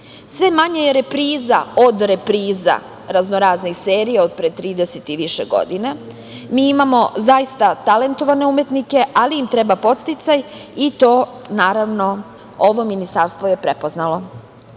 Sve manje je repriza od repriza raznoraznih serija od pre 30 i više godina. Mi imamo zaista talentovane umetnike, ali im treba podsticaj i to je naravno ovo ministarstvo prepoznalo. Godine